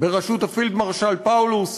בראשות הפילדמרשל פאולוס,